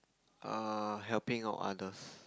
err helping out others